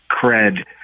cred